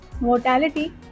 Mortality